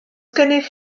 gennych